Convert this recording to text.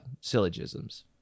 syllogisms